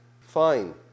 fine